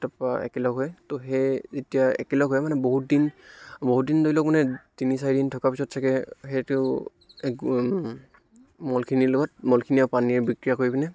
তাৰ পৰা একেলগ হয় ত' সেই যেতিয়া একেলগ হয় মানে বহুত দিন বহুত দিন ধৰি লওক মানে তিনি চাৰি দিন থকা পিছত চাগৈ সেইটো গু মলখিনিৰ লগত মলখিনি আৰু পানীয়ে বিক্ৰিয়া কৰি পিনে